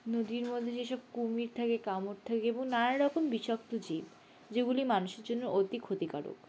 নদীর মধ্যে যেসব কুমির থাকে কামট থাকে এবং নানারকম বিষাক্ত জীব যেগুলি মানুষের জন্য অতি ক্ষতিকারক